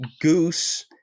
goose